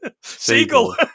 seagull